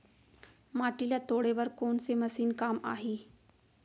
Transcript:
माटी ल तोड़े बर कोन से मशीन काम आही?